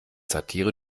satire